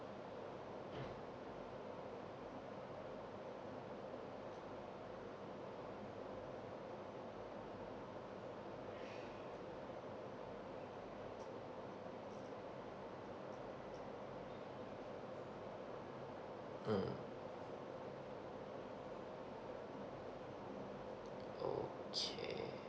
mm okay